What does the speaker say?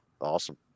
Awesome